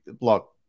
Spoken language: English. look